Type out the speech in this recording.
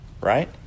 right